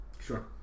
Sure